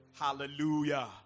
Hallelujah